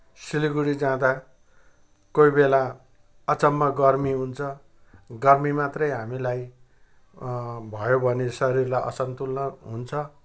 सिलगढी जाँदा कोही बेला अचम्म गर्मी हुन्छ गर्मी मात्रै हामीलाई भयो भने शरीरलाई असन्तुलन हुन्छ